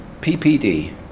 PPD